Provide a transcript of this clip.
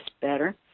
better